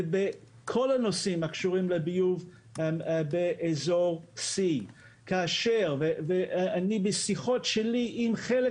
ובכל הנושאים שקשורים לביוב באזור C. אני בשיחות שלי עם חלק